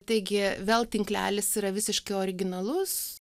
taigi vėl tinklelis yra visiškai originalus